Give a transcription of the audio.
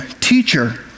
teacher